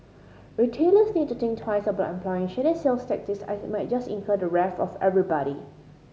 retailers need to think twice about employing shady sales tactics as it might just incur the wrath of everybody